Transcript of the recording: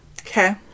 Okay